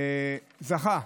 זכה